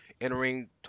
entering